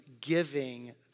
giving